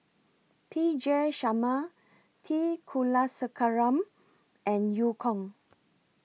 P J Sharma T Kulasekaram and EU Kong